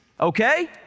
okay